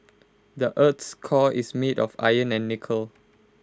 the Earth's core is made of iron and nickel